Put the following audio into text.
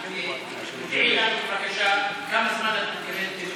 תגידי לנו בבקשה כמה זמן את מתכוונת לנאום.